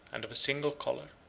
and of a single color.